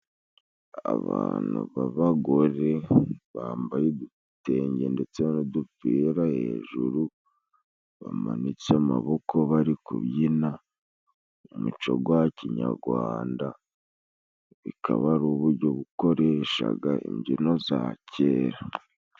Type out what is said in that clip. Abantu b'abagore bambaye udutenge ndetse n'udupira hejuru, bamanitse amaboko bari kubyina, umuco gwa kinyagwanda, bikaba ari ubujyo bukoreshaga imbyino za kera.